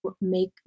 make